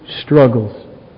struggles